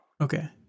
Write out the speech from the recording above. Okay